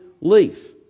leaf